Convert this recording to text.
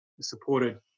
supported